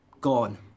gone